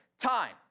time